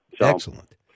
Excellent